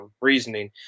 reasoning